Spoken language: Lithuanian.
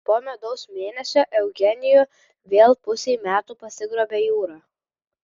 po medaus mėnesio eugenijų vėl pusei metų pasigrobė jūra